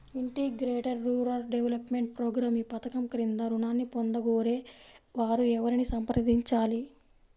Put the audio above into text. Integrated rural development programme ఈ పధకం క్రింద ఋణాన్ని పొందగోరే వారు ఎవరిని సంప్రదించాలి?